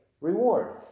reward